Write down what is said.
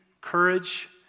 courage